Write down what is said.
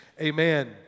Amen